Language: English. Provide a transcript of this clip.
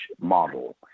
model